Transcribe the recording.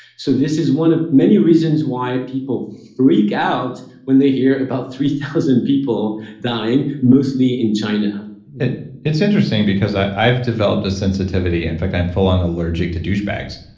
so this is one of many reasons why people freak out when they hear about three thousand people dying, mostly in china it's interesting, because i've developed a sensitivity, in fact, i'm full on allergic to douchebags.